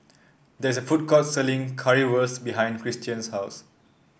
there is a food court selling Currywurst behind Cristian's house